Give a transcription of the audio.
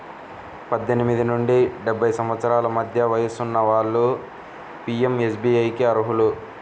పద్దెనిమిది నుండి డెబ్బై సంవత్సరాల మధ్య వయసున్న వాళ్ళు పీయంఎస్బీఐకి అర్హులు